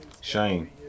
Shane